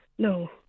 No